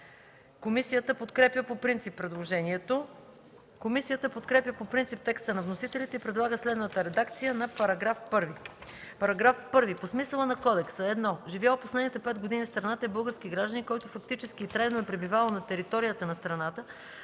Комисията подкрепя по принцип предложението. Комисията подкрепя по принцип текста на вносителите и предлага следната редакция на § 1: „§ 1. По смисъла на кодекса: 1. „Живял последните 5 години в страната” е български гражданин, който фактически и трайно е пребивавал на територията на страната